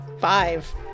Five